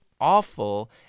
awful